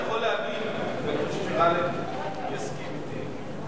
אני יכול להבהיר, ואני חושב שגאלב יסכים אתי.